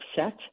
upset